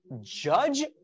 judge